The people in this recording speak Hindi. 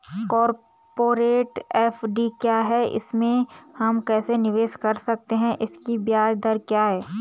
कॉरपोरेट एफ.डी क्या है इसमें हम कैसे निवेश कर सकते हैं इसकी ब्याज दर क्या है?